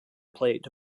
plate